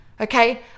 Okay